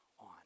on